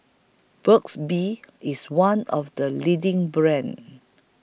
Burt's Bee IS one of The leading brands